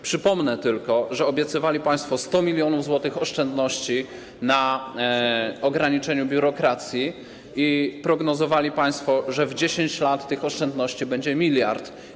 Przypomnę tylko, że obiecywali państwo 100 mln zł oszczędności na ograniczeniu biurokracji i prognozowali państwo, że po 10 lat tych oszczędności będzie 1 mld.